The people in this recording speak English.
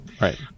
Right